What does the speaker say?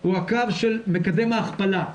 הוא הקו של מקדם ההכפלה.